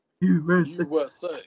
USA